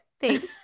Thanks